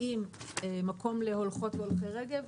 עם מקום להולכות והולכי רגל,